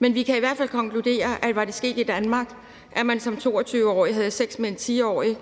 Men vi kan i hvert fald konkludere, at var det sket i Danmark, at man som 22-årig havde sex med en 10-årig,